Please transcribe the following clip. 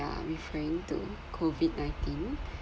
ya referring to COVID nineteen